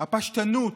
הפשטנות,